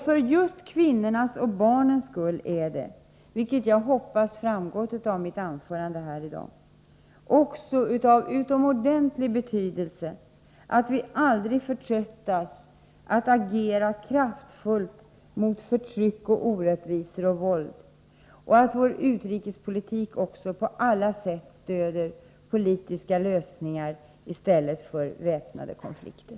För just kvinnornas och barnens skull är det — vilket jag hoppas framgått av mitt anförande här i dag — också av utomordentligt stor betydelse att vi aldrig förtröttas när det gäller att agera kraftfullt mot förtryck, orättvisor och våld och att vår utrikespolitik på alla sätt stöder politiska lösningar i stället för väpnade konflikter.